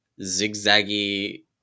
zigzaggy